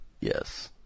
Yes